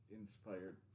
inspired